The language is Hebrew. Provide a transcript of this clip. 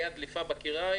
היה דליפה בכיריים